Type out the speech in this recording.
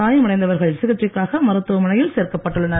காயமடைந்தவர்கள் சிகிச்சைக்காக மருத்துவமனையில் சேர்க்கப்பட்டுள்ளனர்